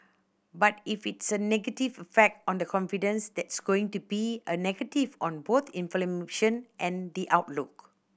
but if it's a negative effect on the confidence that's going to be a negative on both and the outlook